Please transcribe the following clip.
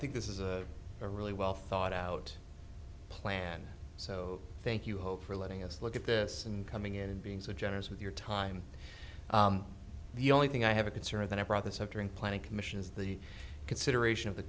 think this is a really well thought out plan so thank you hope for letting us look at this and coming in and being so generous with your time the only thing i have a concern that i brought this up during planning commission is the consideration of the